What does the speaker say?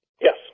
Yes